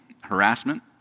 harassment